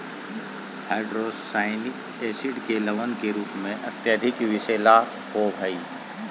hydrocyanic acid के लवण के रूप में अत्यधिक विषैला होव हई